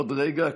עוד רגע,